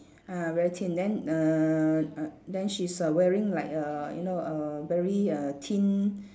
ah very thin then err uh then she's err wearing like err you know err uh very thin